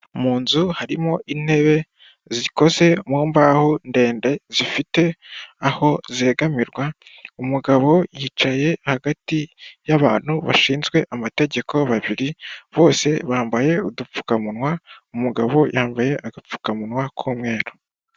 Mu nzu harimo intebe zikoze mu mbaho ndende zifite aho zegamirwa, umugabo yicaye hagati y'abantu bashinzwe amategeko babiri bose bambaye udupfukamunwa, umugabo yambaye agapfukamunwa k'umweru.